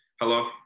Hello